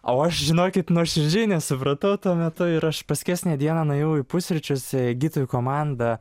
o aš žinokit nuoširdžiai nesupratau tuo metu ir aš paskesnę dieną nuėjau į pusryčius gydytojų komanda